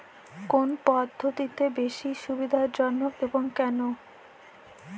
কোন পদ্ধতি বেশি সুবিধাজনক এবং কেন?